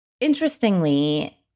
Interestingly